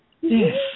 Yes